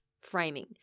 framing